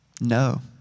No